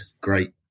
great